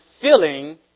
filling